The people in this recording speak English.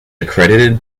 accredited